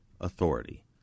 authority